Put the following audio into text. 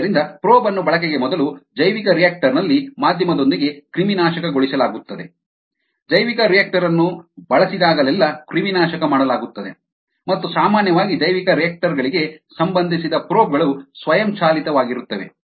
ಆದ್ದರಿಂದ ಪ್ರೋಬ್ ಅನ್ನು ಬಳಕೆಗೆ ಮೊದಲು ಜೈವಿಕರಿಯಾಕ್ಟರ್ ನಲ್ಲಿ ಮಾಧ್ಯಮದೊಂದಿಗೆ ಕ್ರಿಮಿನಾಶಕಗೊಳಿಸಲಾಗುತ್ತದೆ ಜೈವಿಕರಿಯಾಕ್ಟರ್ ಅದನ್ನು ಬಳಸಿದಾಗಲೆಲ್ಲಾ ಕ್ರಿಮಿನಾಶಕ ಮಾಡಲಾಗುತ್ತದೆ ಮತ್ತು ಸಾಮಾನ್ಯವಾಗಿ ಜೈವಿಕರಿಯಾಕ್ಟರ್ ಗಳಿಗೆ ಸಂಬಂಧಿಸಿದ ಪ್ರೋಬ್ ಗಳು ಸ್ವಯಂಚಾಲಿತವಾಗಿರುತ್ತವೆ